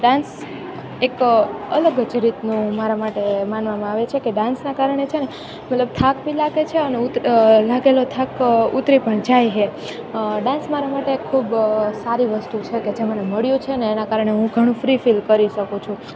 dance એક અલગ જ રીતનું મારા માટે માનવામાં આવે છે કે ડાન્સના કારણે છે ને મતલબ થાક બી લાગે છે અને લાગેલો થાક ઉતરી પણ જાય છે ડાન્સ મારા માટે ખૂબ સારી વસ્તુ છે કે જે મને મળ્યું છે ને એના કારણે હું ઘણું ફ્રી ફિલ કરી શકું છું